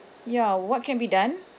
ya what can be done